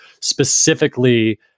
Specifically